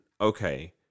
okay